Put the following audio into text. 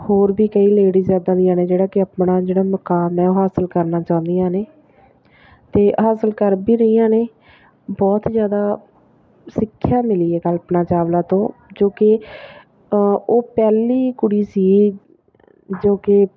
ਹੋਰ ਵੀ ਕਈ ਲੇਡੀਜ ਇੱਦਾਂ ਦੀਆਂ ਨੇ ਜਿਹੜਾ ਕਿ ਆਪਣਾ ਜਿਹੜਾ ਮੁਕਾਮ ਹੈ ਉਹ ਹਾਸਿਲ ਕਰਨਾ ਚਾਹੁੰਦੀ ਆ ਨੇ ਅਤੇ ਹਾਸਲ ਕਰ ਵੀ ਰਹੀਆਂ ਨੇ ਬਹੁਤ ਜ਼ਿਆਦਾ ਸਿੱਖਿਆ ਮਿਲੀ ਹੈ ਕਲਪਨਾ ਚਾਵਲਾ ਤੋਂ ਜੋ ਕਿ ਉਹ ਪਹਿਲੀ ਕੁੜੀ ਸੀ